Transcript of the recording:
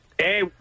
Hey